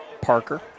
Parker